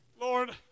Lord